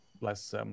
less